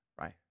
right